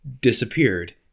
disappeared